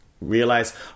realize